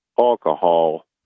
alcohol